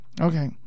Okay